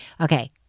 Okay